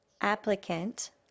applicant